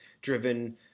driven